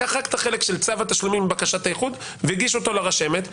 לקח רק את החלק של צו התשלומים ובקשת האיחוד והגיש אותו לרשמת.